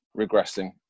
regressing